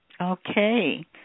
Okay